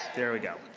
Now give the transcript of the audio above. there we go.